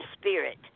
spirit